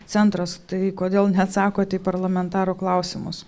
centras tai kodėl neatsakot į parlamentarų klausimus